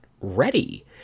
ready